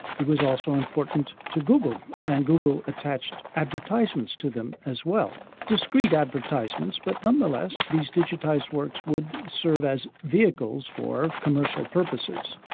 it was also important to google, and google attached advertisements to them as well, discreet advertisements but nonetheless these digitised works would serve as vehicles for commercial purposes.